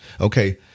Okay